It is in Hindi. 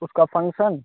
उसका फंक्सन